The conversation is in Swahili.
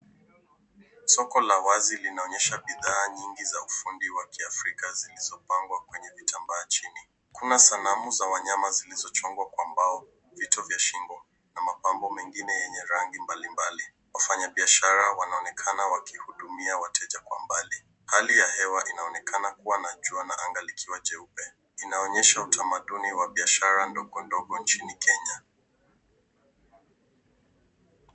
Soko la wazi linaonyesha bidhaa nyingi za ufundi wa kiafrika zilizopangwa na vitambaa chini. Kuna sanamu za wanyama zilizochongwa kwa mbao, vitu vya shingo na mapambo mengine yenye rangi mbali mbali. Wafanyibiashara wanaonekana wakihudumia wateja kwa mbali. Hali ya hewa inaonekana kuwa na jua na anga likiwa jeupe. Inaonyesha utamaduni wa biashara ndogo ndogo nchini Kenya.